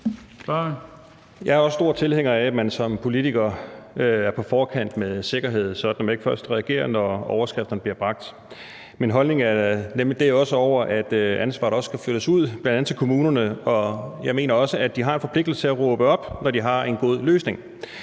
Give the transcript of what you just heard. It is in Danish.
Jeg er også stor tilhænger af, at man som politiker er på forkant med sikkerhed, så man ikke først reagerer, når overskrifterne bliver bragt. Min holdning er nemlig også, at ansvaret skal flyttes ud, bl.a. til kommunerne, og jeg mener også, at de har en forpligtelse til at råbe op, når de har en god løsning.